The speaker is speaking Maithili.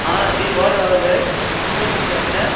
हँ जी भऽ रहल अछि के बजै छी अपने